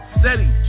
steady